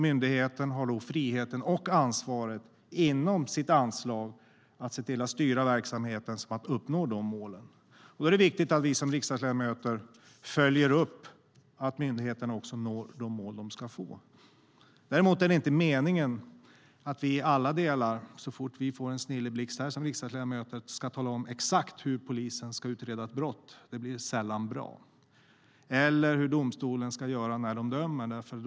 Myndigheten har då inom sitt anslag friheten och ansvaret att se till att styra verksamheten så att målen uppnås. Då är det viktigt att vi som riksdagsledamöter följer upp att myndigheten också når uppsatta mål. Däremot är det inte meningen att vi riksdagsledamöter så fort vi får en snilleblixt ska tala om exakt hur polisen ska utreda ett brott eller hur domstolen ska göra när de dömer. Det blir sällan bra.